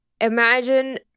Imagine